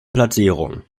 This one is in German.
platzierung